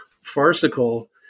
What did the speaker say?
farcical